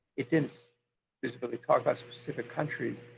it didn't specifically talk about specific countries,